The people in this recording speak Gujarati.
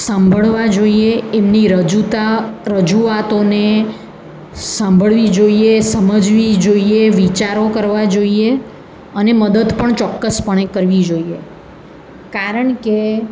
સાંભળવા જોઈએ એમની રજૂતા રજૂઆતોને સાંભળવી જોઈએ સમજવી જોઈએ વિચારો કરવા જોઈએ અને મદદ પણ ચોક્કસપણે કરવી જોઈએ કારણ કે